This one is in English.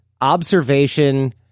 observation